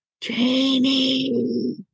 Janie